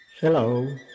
Hello